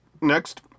next